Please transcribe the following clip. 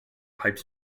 pipe